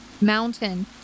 mountain